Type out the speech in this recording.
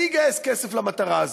אני אגייס כסף למטרה הזאת.